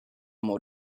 more